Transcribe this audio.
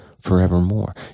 forevermore